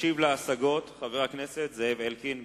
ישיב על ההשגות חבר הכנסת זאב אלקין,